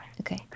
Okay